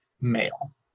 male